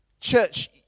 Church